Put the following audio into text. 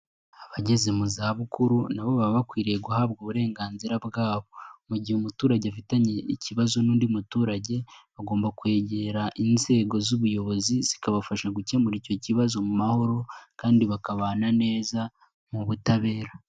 Abageze mu zabukuru nabo baba bakwiriye guhabwa uburenganzira bwabo, mu gihe umuturage afitanye ikibazo n'undi muturage, bagomba kwegera inzego z'ubuyobozi zikabafasha gukemura icyo kibazo mu mahoro kandi bakabana neza mu butabera.